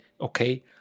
okay